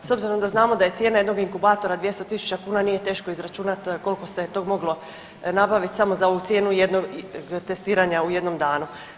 S obzirom da znamo da je cijena jednog inkubatora 200 tisuća kuna nije teško izračunati koliko se tog moglo nabavit samo za ovu cijenu jednog testiranja u jednom danu.